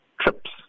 trips